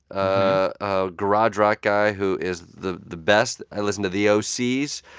a garage rock guy who is the the best. i listen to thee oh sees.